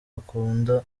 akunda